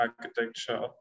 Architecture